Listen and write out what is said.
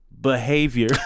behavior